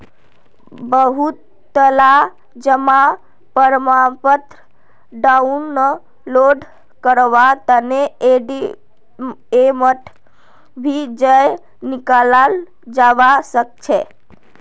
बहुतला जमा प्रमाणपत्र डाउनलोड करवार तने एटीएमत भी जयं निकलाल जवा सकछे